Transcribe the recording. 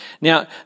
Now